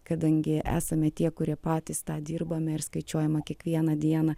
kadangi esame tie kurie patys tą dirbame ir skaičiuojama kiekvieną dieną